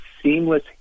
seamless